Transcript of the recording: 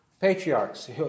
patriarchs